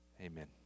Amen